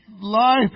life